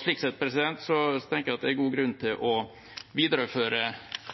Slik sett tenker jeg at det er god grunn til å videreføre